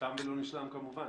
תם ולא נשלם, כמובן.